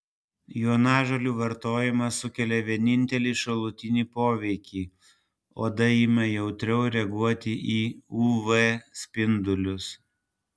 jonažolių vartojimas sukelia vienintelį šalutinį poveikį oda ima jautriau reaguoti į uv spindulius